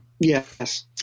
Yes